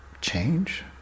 change